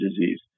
disease